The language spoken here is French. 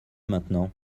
maintenant